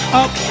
up